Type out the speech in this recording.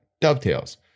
dovetails